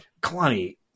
kalani